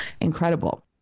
incredible